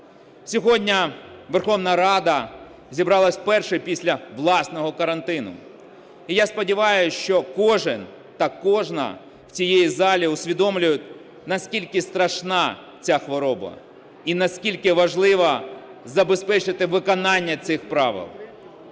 Сьогодні Верховна Рада зібралась вперше після власного карантину. І я сподіваюсь, що кожен та кожна в цій залі усвідомлюють, наскільки страшна ця хвороба і наскільки важливо забезпечити виконання цих правил.